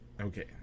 Okay